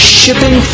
shipping